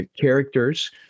characters